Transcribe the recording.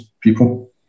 people